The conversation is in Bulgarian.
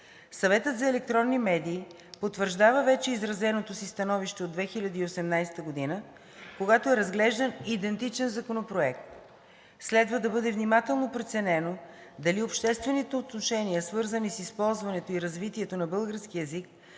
Съветът за електронни медии потвърждава вече изразеното си становище от 2018 г., когато е разглеждан идентичен законопроект. Следва да бъде внимателно преценено дали обществените отношения, свързани с използването и развитието на българския език,